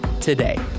today